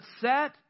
set